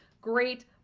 great